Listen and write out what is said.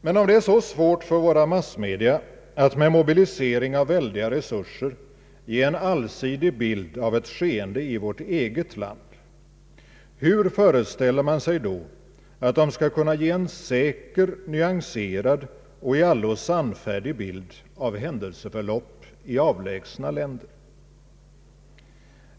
Men om det är så svårt för våra massmedia att med mobilisering av väldiga resurser ge en allsidig bild av ett skeende i vårt eget land, hur föreställer man sig då att de skall kunna ge en säker, nyanserad och i allo sannfärdig bild av händelseförloppet i avlägsna länder?